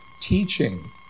teaching